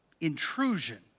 intrusion